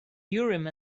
urim